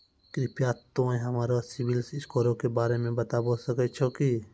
कृपया तोंय हमरा सिविल स्कोरो के बारे मे बताबै सकै छहो कि?